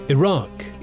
Iraq